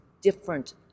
different